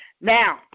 now